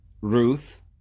Ruth